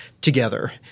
together